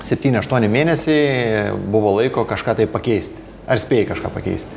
septyni aštuoni mėnesiai buvo laiko kažką tai pakeisti ar spėjai kažką pakeisti